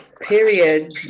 period